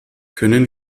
können